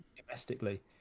domestically